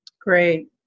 Great